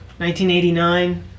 1989